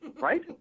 right